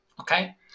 Okay